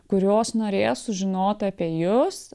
kurios norės sužinot apie jus